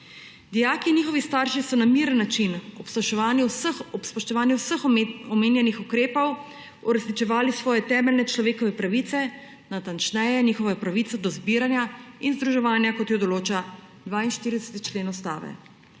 Dijaki in njihovi starši so na miren način ob spoštovanju vseh omenjenih ukrepov uresničevali svoje temeljne človekove pravice, natančneje svojo pravico do zbiranja in združevanja, kot jo določa 42. člen Ustave.